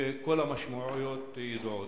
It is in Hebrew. וכל המשמעויות ידועות.